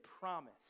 promise